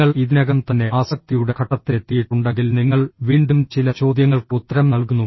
നിങ്ങൾ ഇതിനകം തന്നെ ആസക്തിയുടെ ഘട്ടത്തിലെത്തിയിട്ടുണ്ടെങ്കിൽ നിങ്ങൾ വീണ്ടും ചില ചോദ്യങ്ങൾക്ക് ഉത്തരം നൽകുന്നു